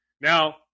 Now